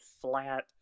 flat